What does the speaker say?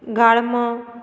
गाळमो